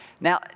Now